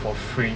for free